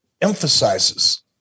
emphasizes